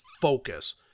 focus